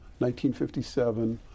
1957